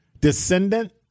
descendant